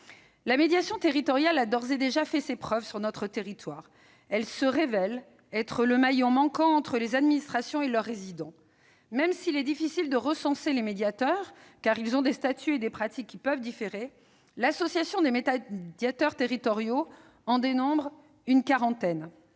La médiation territoriale a d'ores et déjà fait ses preuves sur notre territoire : elle apparaît comme le maillon manquant entre les administrations et leurs résidents. Même s'il est difficile de recenser les médiateurs, car ils ont des statuts et des pratiques pouvant différer, l'Association des médiateurs des collectivités territoriales en dénombre une quarantaine